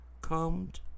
Combed